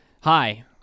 Hi